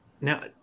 now